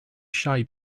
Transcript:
shy